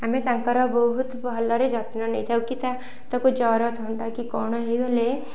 ଆମେ ତାଙ୍କର ବହୁତ ଭଲରେ ଯତ୍ନ ନେଇଥାଉ କି ତା ତାକୁ ଜର ଥଣ୍ଡା କି କ'ଣ ହେଇଗଲେ